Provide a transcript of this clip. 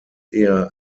eher